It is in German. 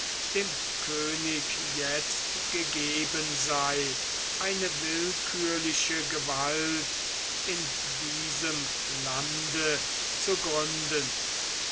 dem könig jetzt gegeben sei eine willkürliche gewalt in diesem lande zu gründen